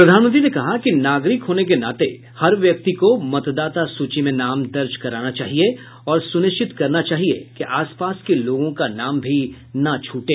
प्रधानमंत्री ने कहा कि नागरिक होने के नाते हर व्यक्ति को मतदाता सूची में नाम दर्ज कराना चाहिए और सुनिश्चित करना चाहिए कि आसपास के लोगों का नाम भी ना छूटे